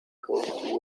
coat